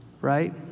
right